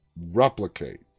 Replicate